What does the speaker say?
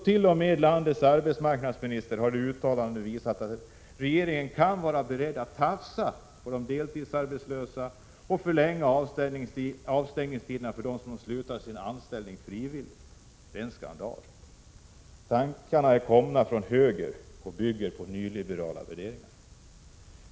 T.o.m. landets arbetsmarknadsminister har i ett uttalande visat att regeringen kan vara beredd att tafsa på de deltidsarbetslösas villkor och förlänga avstängningstiderna för dem som frivilligt slutat sin anställning. Detta är en skandal. Tankarna är komna från höger och bygger på nyliberala värderingar.